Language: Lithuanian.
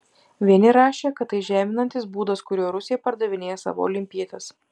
vieni rašė kad tai žeminantis būdas kuriuo rusija pardavinėja savo olimpietes